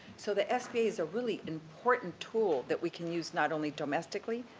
so, the sba is a really important tool that we can use not only domestically,